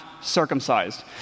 circumcised